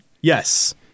Yes